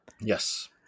Yes